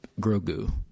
Grogu